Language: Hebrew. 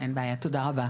אין בעיה, תודה רבה.